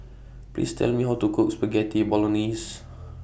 Please Tell Me How to Cook Spaghetti Bolognese